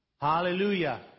Hallelujah